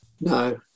No